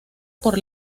por